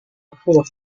aku